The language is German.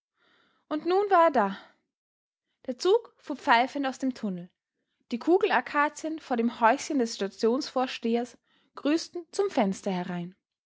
und nun war er da der zug fuhr pfeifend aus dem tunnel die kugelakazien vor dem häuschen des stationsvorstehers grüßten zum fenster herein